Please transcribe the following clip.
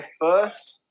first